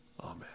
Amen